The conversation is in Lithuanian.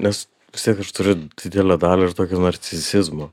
nes vis tiek aš turiu didelę dalį ir tokio narcisizmo